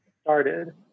started